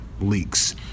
leaks